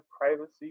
privacy